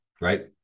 right